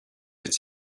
it’s